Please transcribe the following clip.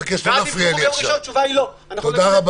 התשובה היא לא- -- תודה.